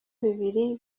bibiri